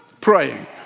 praying